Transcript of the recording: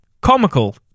comical